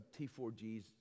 T4Gs